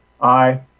Aye